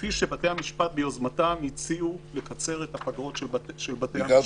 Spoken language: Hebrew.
כפי שבתי המשפט ביוזמתם הציעו לקצר את הפגרות של בתי-המשפט.